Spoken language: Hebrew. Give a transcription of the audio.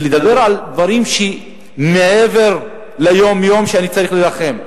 לדבר על דברים שמעבר ליום-יום, שאני צריך להילחם.